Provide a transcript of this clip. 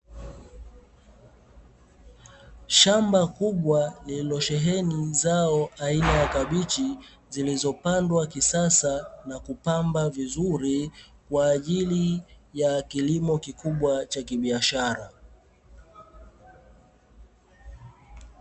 Shamba kubwa lililosheheni zao aina ya kabichi, zilizopandwa kisasa na kupamba vizuri kwa ajili ya kilimo kikubwa cha kibiashara.